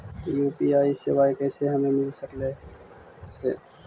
UPI सेवाएं कैसे हमें मिल सकले से?